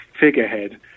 figurehead